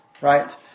Right